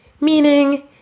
Meaning